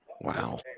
Wow